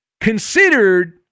considered